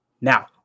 Now